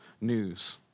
news